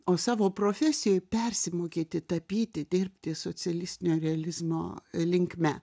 o savo profesijoj persimokyti tapyti dirbti socialistinio realizmo linkme